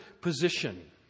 position